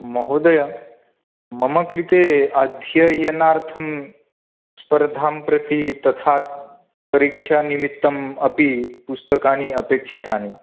महोदय मम कृते अध्ययनार्थं स्पर्धां प्रति तथा परीक्षानिमित्तमपि पुस्तकानि अपेक्षितानि